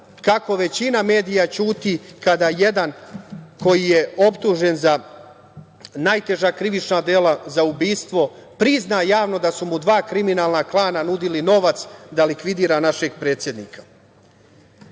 kako većina medija ćuti kada jedan koji je optužen za najteža krivična dela, za ubistvo, prizna javno da su mu dva kriminalna klana nudila novac da likvidira našeg predsednika. Na